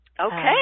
Okay